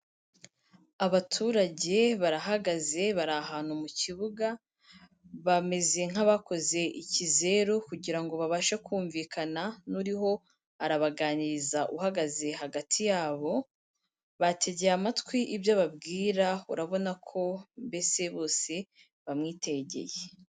Abaturage barahagaze bari ahantu mu kibuga, bameze nk'abakoze ikizeru kugira ngo babashe kumvikana n'uriho arabaganiriza uhagaze hagati yabo, bategeye amatwi ibyo ababwira urabona ko mbese bose bamwitegeye.